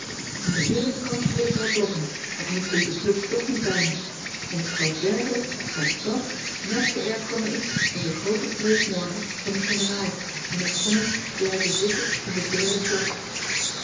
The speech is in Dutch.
en de heele vacantie wil ik wel blokken want nu komt de club toch niet bij me en ik geloof werkelijk dat dàt net zoo erg voor me is als een groote preek morgen van de generaal en het vonnis blijven zitten in de derde klas